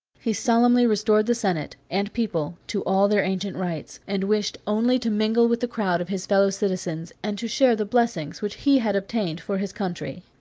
he solemnly restored the senate and people to all their ancient rights and wished only to mingle with the crowd of his fellow-citizens, and to share the blessings which he had obtained for his country.